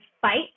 fight